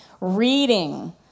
reading